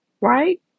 Right